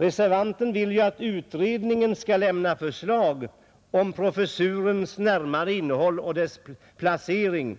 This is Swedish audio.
Reservanten vill att utredningen skall lägga fram förslag om professurens närmare innehåll och placering.